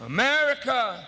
america